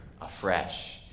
afresh